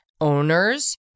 owners